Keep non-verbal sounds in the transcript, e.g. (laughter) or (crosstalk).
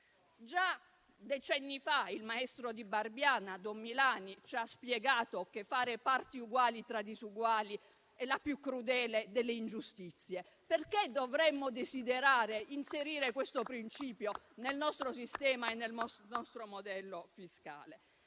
Già decenni fa il maestro di Barbiana, don Milani, ci ha spiegato che fare parti uguali tra disuguali è la più crudele delle ingiustizie. (applause) Perché dovremmo desiderare di inserire questo principio nel nostro sistema e nel nostro modello fiscale,